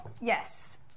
Yes